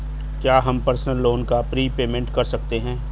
क्या हम personal loan का प्रीपेमेंट कर सकते हैं?